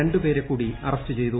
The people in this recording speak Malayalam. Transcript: രണ്ടുപേരെ കൂടി അറസ്റ്റ് ചെയ്തു